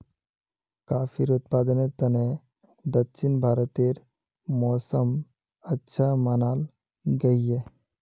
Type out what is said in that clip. काफिर उत्पादनेर तने दक्षिण भारतेर मौसम अच्छा मनाल गहिये